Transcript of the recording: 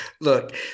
Look